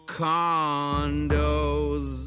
condos